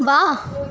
ਵਾਹ